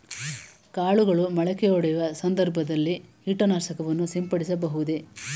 ಕಾಳುಗಳು ಮೊಳಕೆಯೊಡೆಯುವ ಸಂದರ್ಭದಲ್ಲಿ ಕೀಟನಾಶಕವನ್ನು ಸಿಂಪಡಿಸಬಹುದೇ?